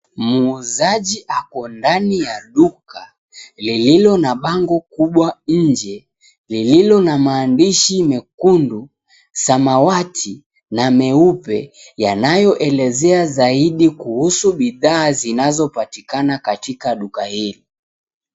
Muuzaji ako ndani ya duka lililo na bango kubwa nje lililo na maandishi mekundu, samawati na meupe yanayoelezea zaidi kuhusu bidhaa zinazopatikana katika duka hili.